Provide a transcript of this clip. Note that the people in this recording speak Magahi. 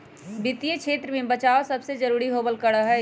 वित्तीय क्षेत्र में बचाव सबसे जरूरी होबल करा हई